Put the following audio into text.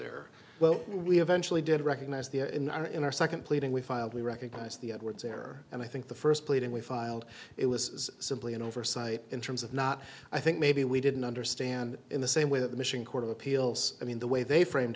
air well we eventually did recognize the a in our in our second pleading we filed we recognize the edwards there and i think the first pleading we filed it was simply an oversight in terms of not i think maybe we didn't understand in the same way that the machine court of appeals i mean the way they framed